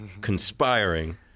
conspiring